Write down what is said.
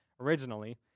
originally